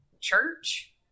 church